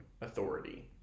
authority